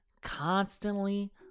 constantly